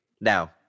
now